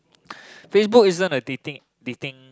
Facebook isn't a dating dating